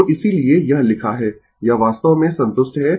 तो इसीलिए यह लिखा है यह वास्तव में संतुष्ट है